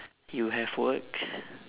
you have work